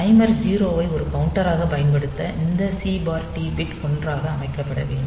timer 0 ஐ ஒரு கவுண்டராக பயன்படுத்த இந்த சி டி பிட் 1 ஆக அமைக்கப்பட வேண்டும்